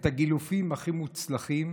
את הגילופים הכי מוצלחים,